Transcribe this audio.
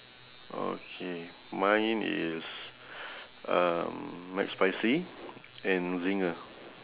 okay mine is um mcspicy and zinger